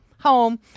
home